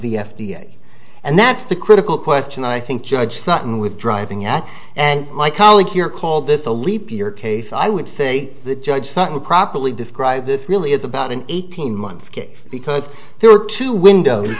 the f d a and that's the critical question i think judge sutton with driving at and my colleague here called this a leap year case i would say the judge something properly described this really is about an eighteen month case because there are two windows